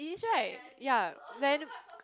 is right ya then